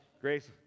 grace